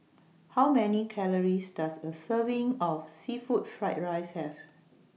How Many Calories Does A Serving of Seafood Fried Rice Have